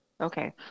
okay